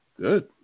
Good